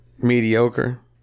mediocre